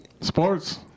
Sports